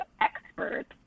experts